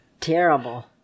terrible